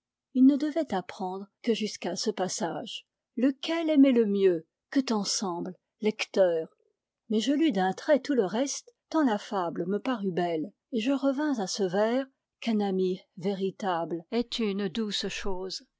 il ne devait apprendre que jusqu'à ce passage lequel aimait le mieux que t'en semble lecteur mais je lus d'un trait tout le reste tant la fable me parut belle et je revins à ce vers qu'un ami véritable est une douce chose